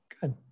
good